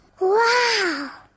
Wow